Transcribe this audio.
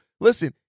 listen